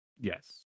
Yes